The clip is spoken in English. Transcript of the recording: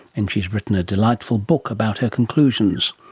and she has written a delightful book about her conclusions.